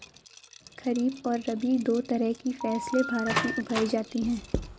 खरीप और रबी दो तरह की फैसले भारत में उगाई जाती है